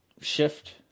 shift